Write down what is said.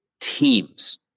teams